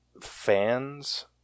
fans